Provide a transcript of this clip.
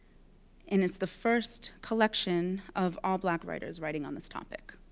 and it's the first collection of all black writers writing on this topic.